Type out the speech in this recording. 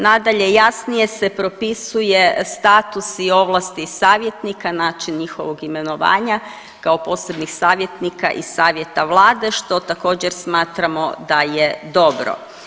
Nadalje, jasnije se propisuje status i ovlasti savjetnika, način njihovog imenovanja kao posebnih savjetnika i savjeta vlade što također smatramo da je dobro.